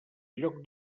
lloc